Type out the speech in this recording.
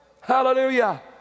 Hallelujah